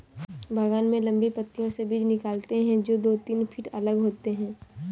बागान में लंबी पंक्तियों से बीज निकालते है, जो दो तीन फीट अलग होते हैं